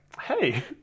hey